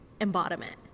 embodiment